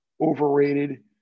overrated